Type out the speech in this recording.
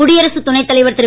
குடியரசுத் துணைத் தலைவர் திரு